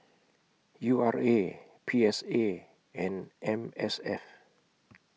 U R A P S A and M S F